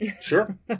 Sure